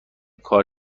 کار